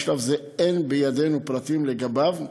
בשלב זה אין בידינו פרטים לגביו.